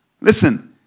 listen